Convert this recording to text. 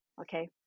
okay